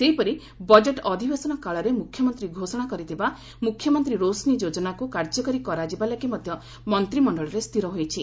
ସେହିପରି ବଜେଟ ଅଧିବେଶନ କାଳରେ ମୁଖ୍ୟମନ୍ତ୍ରୀ ଘୋଷଣା କରିଥିବା 'ମୁଖ୍ୟମନ୍ତ୍ରୀ ରୋସନ୍ତୀ ଯୋଚ୍ଚନା'କୁ କାର୍ଯ୍ୟକାରୀ କରାଯିବା ଲାଗି ମଧ୍ୟ ମନ୍ତ୍ରିମଣ୍ଡଳରେ ସ୍ଥିର ହୋଇଛି